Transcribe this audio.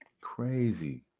Crazy